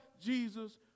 Jesus